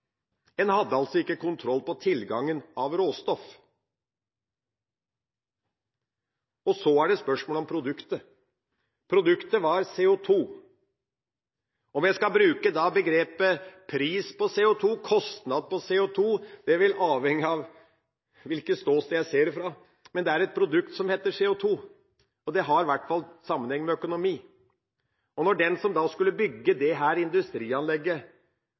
En hadde altså ikke kontroll på tilgangen av råstoff. Og så er det spørsmålet om produktet. Produktet var CO2. Om jeg skal bruke begrepet «pris på CO2», «kostnad ved CO2», vil avhenge av hvilket ståsted jeg ser det fra. Men det er et produkt som heter CO2, og det har i hvert fall sammenheng med økonomi. Og når den som da skulle bygge dette industrianlegget,